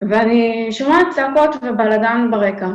שמעתי צעקות ובלגן ברקע.